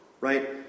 right